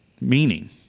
meaning